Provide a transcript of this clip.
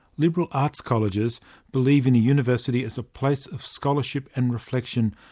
liberal arts colleges believe in a university as a place of scholarship and reflection,